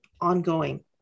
ongoing